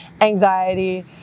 anxiety